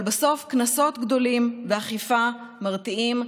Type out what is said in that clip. אבל בסוף קנסות גדולים ואכיפה מרתיעים,